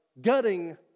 gutting